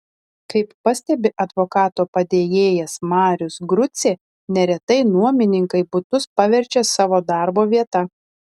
kaip pastebi advokato padėjėjas marius grucė neretai nuomininkai butus paverčia savo darbo vieta